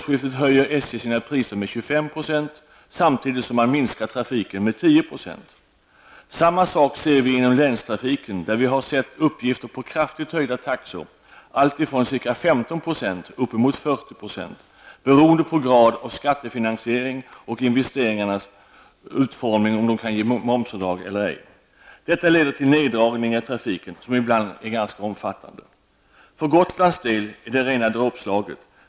Samma sak ser vi inom länstrafiken, där vi har uppgifter på kraftigt höjda taxor, allt ifrån ca 15 % uppemot 40 % beroende på grad av skattefinansiering och investeringarnas utformning, som avgör om de kan ge momsavdrag eller ej. Detta leder till neddragningar i trafiken vilka ibland är ganska omfattande. För Gotlands del är detta rena dråpslaget.